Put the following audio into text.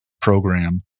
program